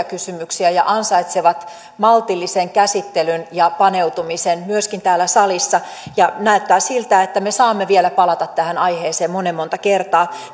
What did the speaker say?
kysymyksiä ja ansaitsevat maltillisen käsittelyn ja paneutumisen myöskin täällä salissa ja näyttää siltä että me saamme palata tähän aiheeseen vielä monen monta kertaa